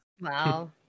wow